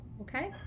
okay